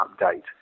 update